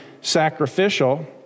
sacrificial